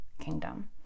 kingdom